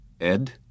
Ed